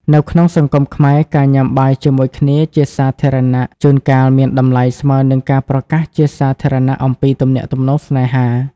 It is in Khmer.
នៅក្នុងសង្គមខ្មែរ ការញ៉ាំបាយជាមួយគ្នាជាសាធារណៈ ជួនកាលមានតម្លៃស្មើនឹងការប្រកាសជាសាធារណៈអំពីទំនាក់ទំនងស្នេហា។